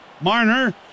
Marner